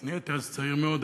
אני הייתי אז צעיר מאוד,